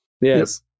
Yes